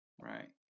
Right